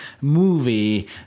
movie